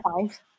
five